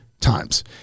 times